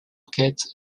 enquêtes